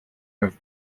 have